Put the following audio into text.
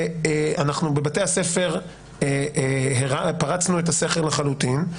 בבתי הספר פרצנו את הסכר לחלוטין,